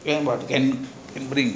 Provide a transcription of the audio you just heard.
can but can bring